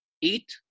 Eat